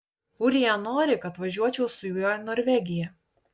ūrija nori kad važiuočiau su juo į norvegiją